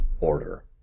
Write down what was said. order